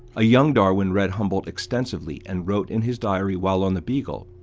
a young darwin read humboldt extensively and wrote in his diary while on the beagle,